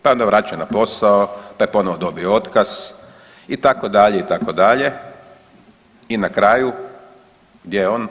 Pa je onda vraćen na posao, pa je ponovno dobio otkaz itd., itd. i na kraju gdje je on?